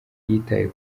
yitaye